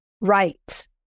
right